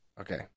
Okay